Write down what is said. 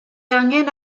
angen